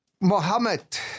Mohammed